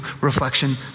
reflection